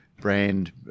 brand